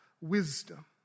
wisdom